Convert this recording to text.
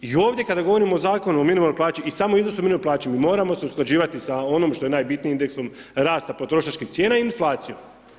I ovdje kada govorimo o Zakonu o minimalnoj plaći i samo iznosu minimalne plaće mi moramo se usklađivati sa onom što je najbitnije indeksom rasta potrošačkih cijena i inflacijom.